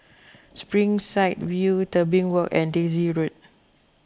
Springside View Tebing Walk and Daisy Road